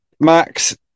max